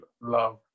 love